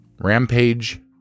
Rampage